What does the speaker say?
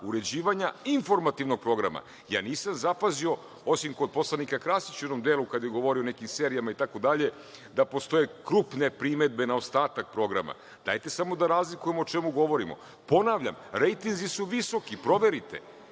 uređivanja informativnog programa. Nisam zapazio, osim kod poslanika Krasića u jednom delu kada je govorio o nekim serijama itd, da postoje krupne primedbe na ostatak programa. Dajte samo da razlikujemo o čemu govorimo. Ponavljam, rejtinzi su visoki. Proverite.